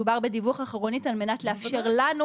מדובר בדיווח אחורנית על מנת לאפשר לנו